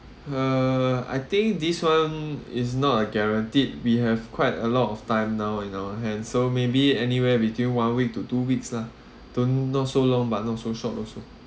uh I think this one is not a guaranteed we have quite a lot of time now you know and so maybe anywhere between one week to two weeks lah don't not so long but not so short also